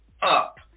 up